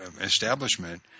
establishment